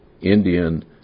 Indian